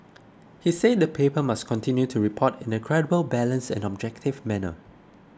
he said the paper must continue to report in a credible balanced and objective manner